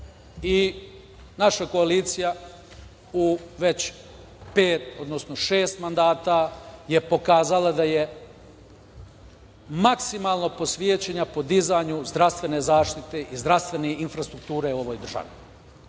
koalicija u već pet, odnosno šest mandata je pokazala da je maksimalno posvećena podizanju zdravstvene zaštite i zdravstvene infrastrukture u ovoj državi.